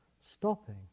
stopping